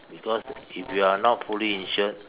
because if you are not fully insured